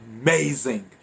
amazing